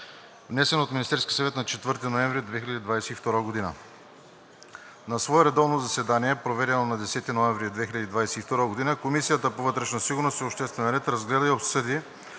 внесен от Министерския съвет на 4 ноември 2022 г. На свое редовно заседание, проведено на 10 ноември 2022 г., Комисията по вътрешна сигурност и обществен ред разгледа и обсъди